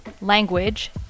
language